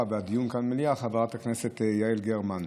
לסדר-היום והדיון כאן במליאה חברת הכנסת יעל גרמן.